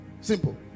Simple